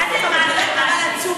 בסדר, אבל הצורה